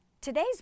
Today's